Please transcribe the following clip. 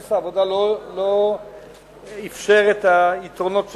עומס העבודה לא אפשר את היתרונות שרצינו.